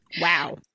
Wow